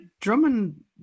Drummond